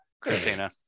Christina